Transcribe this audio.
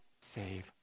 save